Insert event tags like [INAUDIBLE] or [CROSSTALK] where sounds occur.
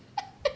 [LAUGHS]